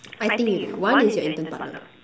I think it one is your intern partner